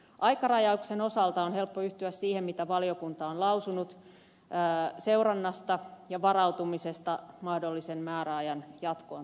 aikarajauksen osalta on helppo yhtyä siihen mitä valiokunta on lausunut seurannasta ja varautumisesta mahdollisen määrärajan jatkoon tarvittaessa